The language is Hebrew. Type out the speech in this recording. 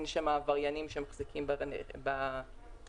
אין שם עבריינים שמחזיקים ברישיונות.